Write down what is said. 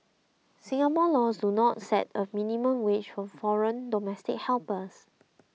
Singapore laws do not set a minimum wage for foreign domestic helpers